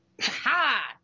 Ha